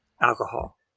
alcohol